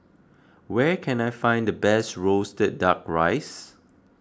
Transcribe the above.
where can I find the best Roasted Duck Rice